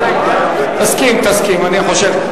תסכים, אני חושב.